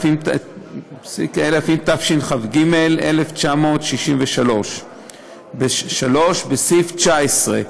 התשכ"ג 1963"; 3. בסעיף 19,